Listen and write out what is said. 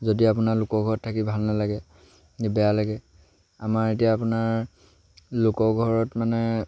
যদি আপোনাৰ লোকৰ ঘৰত থাকি ভাল নালাগে বেয়া লাগে আমাৰ এতিয়া আপোনাৰ লোকৰ ঘৰত মানে